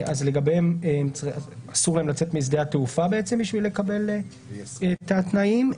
אז לגביהן אסור להם לצאת משדה התעופה בשביל לקבל את התנאים.